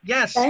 Yes